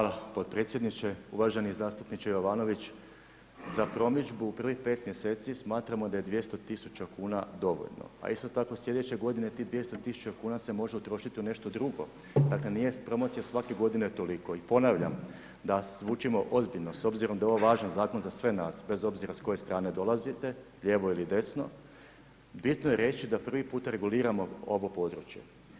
Hvala podpredsjedniče, uvaženi zastupniče Jovanović, za promidžbu u prvih 5 mjeseci smatramo da je 200.000 kuna dovoljno, a isto tako slijedeće godine tih 200.000 kuna se može utrošiti u nešto drugo, dakle nije promocija svake godine toliko i ponavljam da zvučimo ozbiljno, s obzirom da je ovo važan zakon za sve nas, bez obzira s koje strane dolazite lijevo ili desno, bitno je reći da prvi puta reguliramo ovo područje.